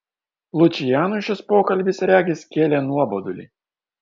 lučianui šis pokalbis regis kėlė nuobodulį